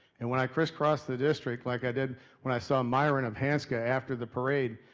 and when i crisscross the district, like i did when i saw myron of hanska after the parade,